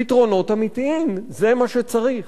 פתרונות אמיתיים, זה מה שצריך,